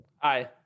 Hi